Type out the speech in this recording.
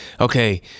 okay